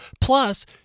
Plus